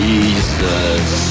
Jesus